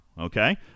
Okay